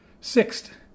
sixth